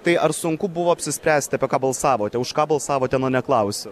tai ar sunku buvo apsispręsti apie ką balsavote už ką balsavote na neklausiu